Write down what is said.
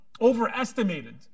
overestimated